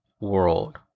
world